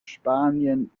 spanien